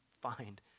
find